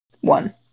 One